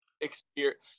experience